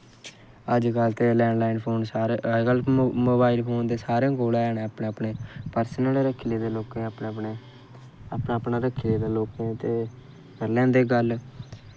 अजकल्ल लैन land phone ते मोबाइल फोन सारें कोल हैन न अपने अपने पर्सनल रक्खी लेदे लोकें अपने अपने अपनै अपनैं रक्खे दे लोकैं ते करी लैंदे गल्ल